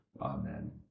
Amen